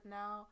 now